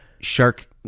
shark